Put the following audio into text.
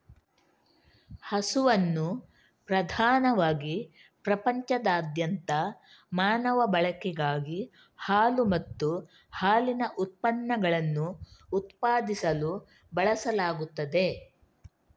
ಹಸುವನ್ನು ಪ್ರಧಾನವಾಗಿ ಪ್ರಪಂಚದಾದ್ಯಂತ ಮಾನವ ಬಳಕೆಗಾಗಿ ಹಾಲು ಮತ್ತು ಹಾಲಿನ ಉತ್ಪನ್ನಗಳನ್ನು ಉತ್ಪಾದಿಸಲು ಬಳಸಲಾಗುತ್ತದೆ